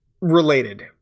related